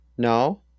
No